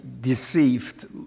deceived